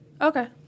Okay